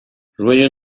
joyeux